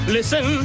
Listen